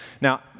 Now